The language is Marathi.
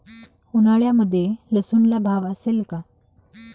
उन्हाळ्यामध्ये लसूणला भाव असेल का?